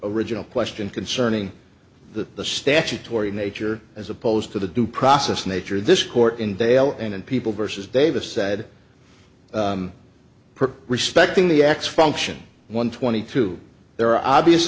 original question concerning the statutory nature as opposed to the due process nature this court in dale and people versus davis said per respecting the x function one twenty two there are obvious